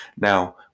now